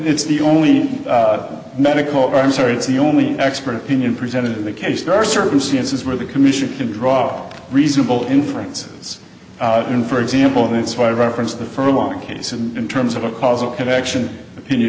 it's the only medical i'm sorry it's the only expert opinion presented in the case there are circumstances where the commission can draw reasonable inferences in for example that's why i referenced the furlong case and in terms of a causal connection opinion